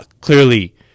clearly